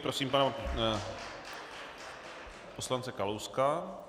Prosím pana poslance Kalouska.